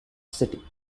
city